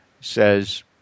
says